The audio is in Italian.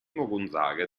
gonzaga